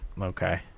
Okay